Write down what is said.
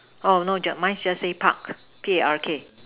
oh no mine just say Park P_A_R_K